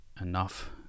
enough